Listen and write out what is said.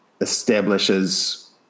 establishes